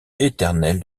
éternel